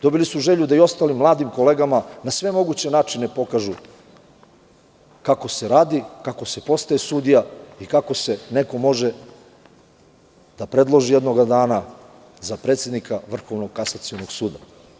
Dobili su želju i da i ostalim mladim kolegama na sve moguće načine pokažu kako se radi, kako se postaje sudija i kako se neko može predložiti jednoga dana za predsednika Vrhovnog kasacionog suda.